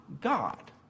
God